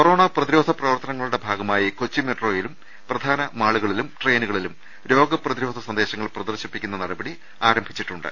corona പ്രതിരോധ പ്രവർത്തനങ്ങളുടെ ഭാഗമായി കൊച്ചി മെട്രോയിലും പ്രധാന മാളുകളിലും ട്രെയിനുകളിലും രോഗ പ്രതിരോധ സന്ദേശങ്ങൾ പ്രദർശിപ്പിക്കുന്ന നടപടി ആരംഭിച്ചിട്ടുണ്ട്